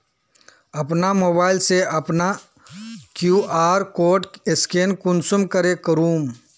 अपना मोबाईल से अपना कियु.आर कोड स्कैन कुंसम करे करूम?